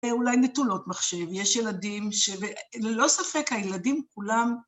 אולי נטולות מחשב, יש ילדים, ללא ספק הילדים כולם...